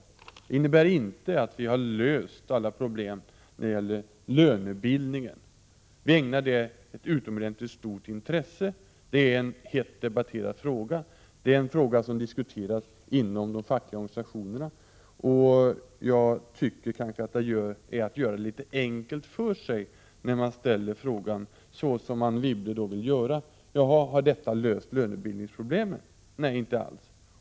Det innebär inte att vi har löst alla problem när det gäller lönebildningen. Vi ägnar den ett utomordentligt stort intresse. Det är en fråga som debatteras hett och som diskuteras inom de fackliga organisationerna. Jag tycker kanske att det är att göra det litet för enkelt för sig när man ställer frågan som Ann Wibble vill göra: ”Har fonderna löst lönebildningsproblemen?” Nej, inte alls.